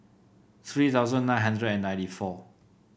three thousand nine hundred and ninety four